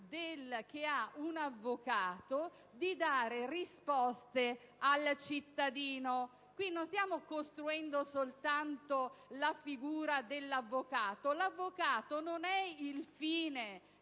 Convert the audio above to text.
dell'avvocato di dare risposte al cittadino. Non stiamo costruendo soltanto la figura dell'avvocato. L'avvocato non è il fine